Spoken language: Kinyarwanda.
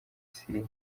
syria